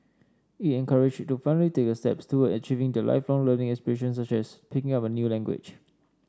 it encouraged to finally take a steps toward achieving their Lifelong Learning aspirations such as picking up a new language